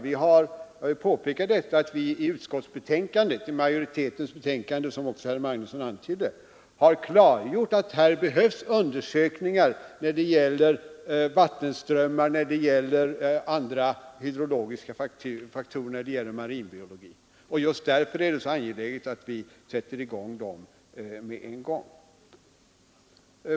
Jag har påpekat att vi i utskottsmajoritetens betänkande — det antydde också herr Magnusson — har klargjort att här behövs undersökningar när det gäller vattenströmmar, när det gäller andra hydrologiska faktorer, när det gäller marinbiologi osv., och det är naturligtvis angeläget att vi sätter i gång dem med en gång.